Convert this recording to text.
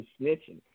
snitching